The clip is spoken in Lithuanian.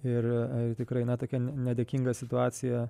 ir tikrai na tokia nedėkinga situacija